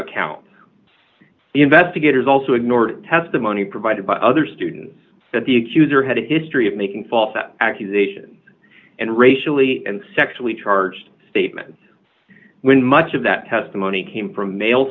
accounts the investigators also ignored testimony provided by other students that the accuser had a history of making false accusations and racially and sexually charged statement when much of that testimony came from ma